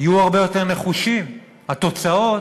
יהיו הרבה יותר נחושים, התוצאות